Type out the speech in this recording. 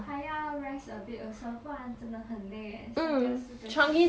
还要 rest a bit also 不然真的很累 leh cycle 四个小时